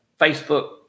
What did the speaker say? Facebook